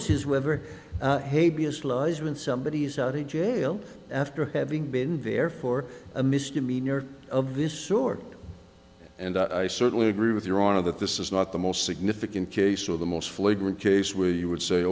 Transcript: lies when somebody is already jail after having been there for a misdemeanor of this sort and i certainly agree with your honor that this is not the most significant case or the most flagrant case where you would say